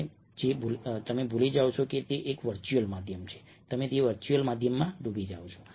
તમે ભૂલી જાઓ છો કે તે એક વર્ચ્યુઅલ માધ્યમ છે તમે તે વર્ચ્યુઅલ માધ્યમમાં ડૂબી જાઓ છો